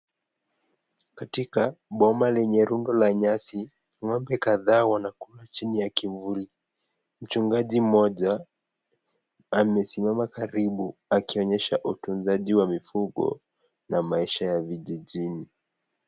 Katika bona lenye rundo moja la nyasi, ngombe wanakula katika chini ya kivuli, mchungaji mmoja amesimama karibu akionyesha utunzaji wa mifugo na maisha ya vijijini.